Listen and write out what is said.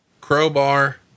crowbar